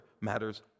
matters